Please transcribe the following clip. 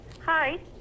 Hi